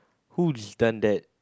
who done that